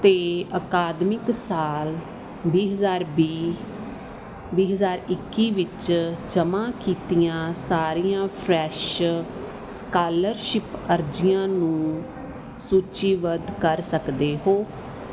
ਅਤੇ ਅਕਾਦਮਿਕ ਸਾਲ ਵੀਹ ਹਜ਼ਾਰ ਵੀਹ ਵੀਹ ਹਜ਼ਾਰ ਇੱਕੀ ਵਿੱਚ ਜਮ੍ਹਾਂ ਕੀਤੀਆਂ ਸਾਰੀਆਂ ਫਰੈਸ਼ ਸਕਾਲਰਸ਼ਿਪ ਅਰਜ਼ੀਆਂ ਨੂੰ ਸੂਚੀਬੱਧ ਕਰ ਸਕਦੇ ਹੋ